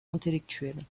intellectuel